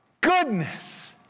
goodness